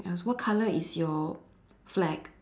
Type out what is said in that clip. ya what colour is your flag